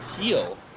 Heal